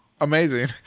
amazing